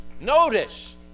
Notice